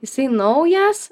jisai naujas